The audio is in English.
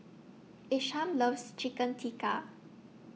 Isham loves Chicken Tikka